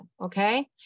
okay